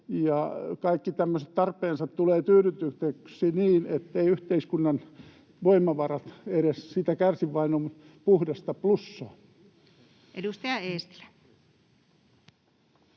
kaikki tämmöiset tarpeensa tulevat tyydytetyksi niin, etteivät yhteiskunnan voimavarat edes siitä kärsi, vaan on puhdasta plussaa. Edustaja Eestilä.